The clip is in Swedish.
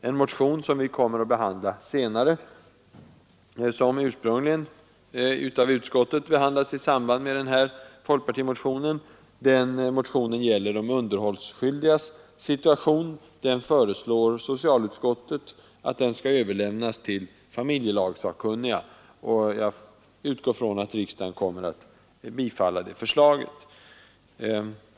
Socialutskottet föreslår nämligen att en motion om de underhållsskyldigas situation, som vi kommer att behandla senare och som utskottet ursprungligen tog upp i samband med denna folkpartimotion, skall översändas till familjelagssakkunniga. Jag utgår ifrån att riksdagen kommer att bifalla det förslaget.